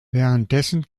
währenddessen